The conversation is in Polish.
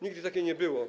Nigdy takiej nie było.